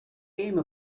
came